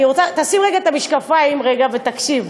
תשים רגע את המשקפיים ותקשיב,